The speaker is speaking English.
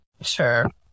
Sure